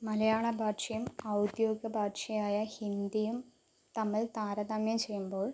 മലയാള ഭാഷയും ഔദ്യോഗിക ഭാഷയായ ഹിന്ദിയും തമ്മിൽ താരതമ്യം ചെയ്യുമ്പോൾ